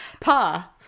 Pa